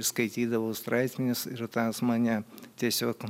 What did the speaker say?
skaitydavau straipsnius ir tas mane tiesiog